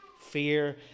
fear